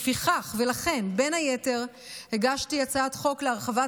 לפיכך בין היתר הגשתי הצעת חוק להרחבת